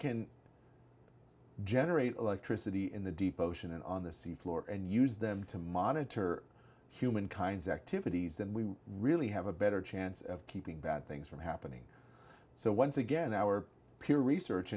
can generate electricity in the deep ocean and on the sea floor and use them to monitor humankind's activities then we really have a better chance of keeping bad things from happening so once again our peer research